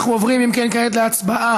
אם כן, אנחנו עוברים כעת להצבעה.